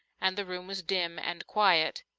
and the room was dim and quiet.